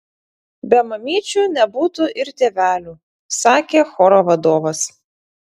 be mamyčių nebūtų ir tėvelių sakė choro vadovas